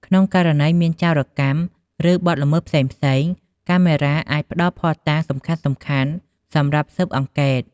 ក្នុងករណីមានចោរកម្ម ឬបទល្មើសផ្សេងៗ កាមេរ៉ាអាចផ្តល់ភស្តុតាងសំខាន់ៗសម្រាប់ស៊ើបអង្កេត។